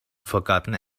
forgotten